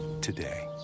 today